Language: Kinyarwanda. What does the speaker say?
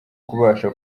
kubasha